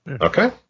okay